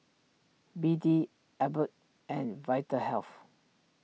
B D Abbott and Vitahealth